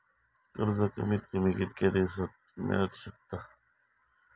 कर्ज कमीत कमी कितक्या दिवसात मेलक शकता?